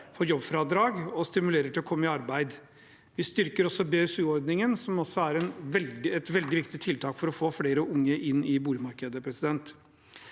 får jobbfradrag, noe som stimulerer til å komme i arbeid. Vi styrker også BSU-ordningen, som er et veldig viktig tiltak for å få flere unge inn i boligmarkedet. Jeg kunne